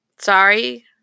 sorry